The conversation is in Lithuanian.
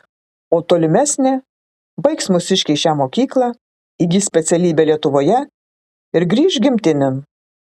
o tolimesnė baigs mūsiškiai šią mokyklą įgis specialybę lietuvoje ir grįš gimtinėn